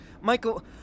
Michael